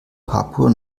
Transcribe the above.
papua